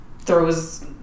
throws